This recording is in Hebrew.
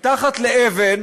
מתחת לאבן